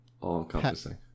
all-encompassing